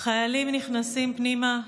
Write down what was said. החיילים נכנסים פנימה,